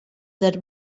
that